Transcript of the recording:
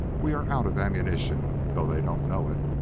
we are out of ammunition, though they don't know it.